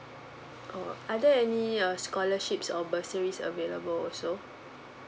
oh are there any uh scholarships or bursaries available also